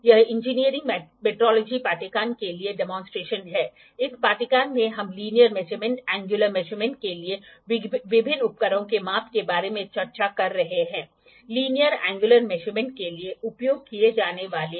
तो ऐसी सीमाओं से बाहर निकलने के लिए हम क्या करते हैं कि हम एक मेन स्केल जोड़ते हैं हम एक वर्नियर स्केल जोड़ते हैं और एक रोटरी ब्लेड संलग्न करते हैं ताकि आप इसे वर्साटाइल अनुप्रयोगों के लिए उपयोग करने का प्रयास कर सकें